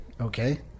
Okay